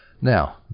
Now